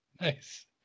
Nice